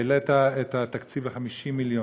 העלית את התקציב של סלי המזון ב-50 מיליון.